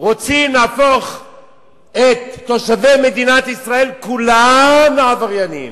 רוצים להפוך את תושבי מדינת ישראל כולם לעבריינים.